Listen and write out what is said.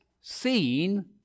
seen